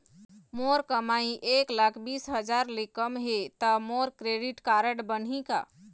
मोर कमाई एक लाख बीस हजार ले कम हे त मोर क्रेडिट कारड बनही का?